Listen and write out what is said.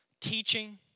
teaching